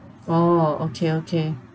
oh okay okay